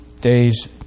days